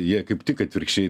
jie kaip tik atvirkščiai